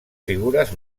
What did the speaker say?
figures